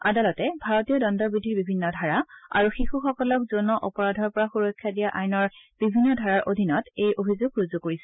আদালতে ভাৰতীয় দণ্ডবিধিৰ বিভিন্ন ধাৰা আৰু শিশুসকলক যৌন অপৰাধৰ পৰা সূৰক্ষা দিয়া আইনৰ বিভিন্ন ধাৰাৰ অধিনত এই অভিযোগ ৰুজু কৰা হৈছে